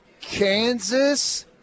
Kansas